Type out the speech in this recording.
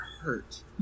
hurt